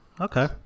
Okay